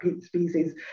species